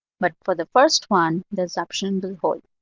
but for the first one, the assumption will